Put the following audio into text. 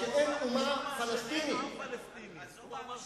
וזה מה שהוא אמר,